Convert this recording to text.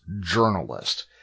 journalist